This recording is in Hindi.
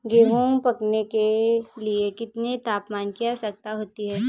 गेहूँ पकने के लिए कितने तापमान की आवश्यकता होती है?